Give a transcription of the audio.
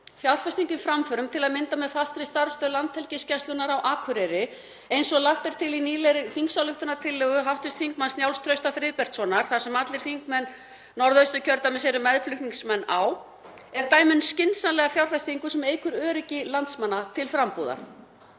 Fjárfesting í framförum, til að mynda með fastri starfsstöð Landhelgisgæslunnar á Akureyri eins og lagt er til í nýlegri þingsályktunartillögu hv. þm. Njáls Trausta Friðbertssonar sem allir þingmenn Norðausturkjördæmis eru meðflutningsmenn á, er dæmi um skynsamlega fjárfestingu sem eykur öryggi landsmanna til frambúðar.